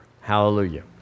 Hallelujah